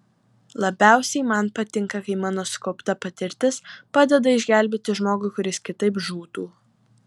labiausiai man patinka kai mano sukaupta patirtis padeda išgelbėti žmogų kuris kitaip žūtų